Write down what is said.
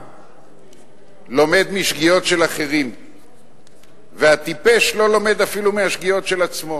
שהחכם לומד משגיאות של אחרים והטיפש לא לומד אפילו מהשגיאות של עצמו.